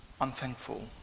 unthankful